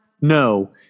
No